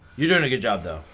you're doing a good job though